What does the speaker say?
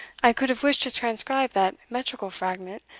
i could have wished to transcribe that metrical fragment.